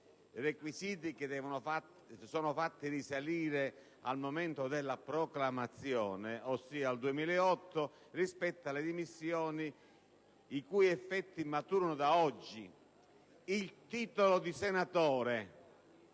(requisiti che sono fatti risalire al momento della proclamazione, ossia al 2008) rispetto alle dimissioni, i cui effetti maturano da oggi. Il titolo di senatore